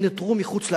הם נותרו מחוץ לעיר.